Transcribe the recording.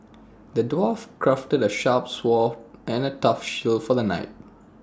the dwarf crafted A sharp sword and A tough shield for the knight